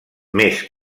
més